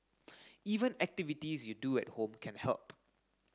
even activities you do at home can help